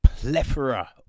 Plethora